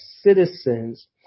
citizens